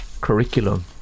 curriculum